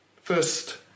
First